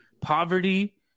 poverty